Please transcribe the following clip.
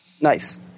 Nice